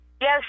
Yes